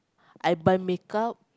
I buy makeup